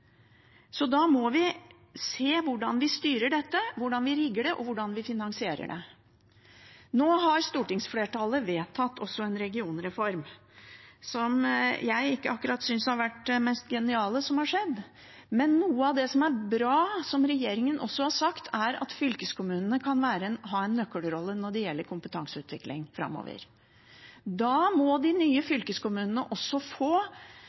Da må vi se på hvordan vi styrer dette, hvordan vi rigger det, og hvordan vi finansierer det. Nå har stortingsflertallet også vedtatt en regionreform, som jeg ikke akkurat synes har vært det mest geniale som har skjedd, men noe av det som er bra, og som regjeringen også har sagt, er at fylkeskommunene kan ha en nøkkelrolle når det gjelder kompetanseutvikling framover. Da må de nye fylkeskommunene også få